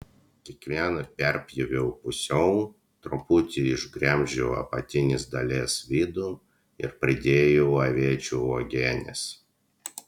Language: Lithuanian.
kiekvieną perpjoviau pusiau truputį išgremžiau apatinės dalies vidų ir pridėjau aviečių uogienės